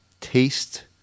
taste